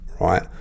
right